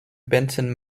benton